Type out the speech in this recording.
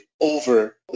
over